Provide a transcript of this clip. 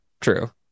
true